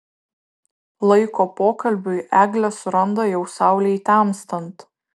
laiko pokalbiui eglė suranda jau saulei temstant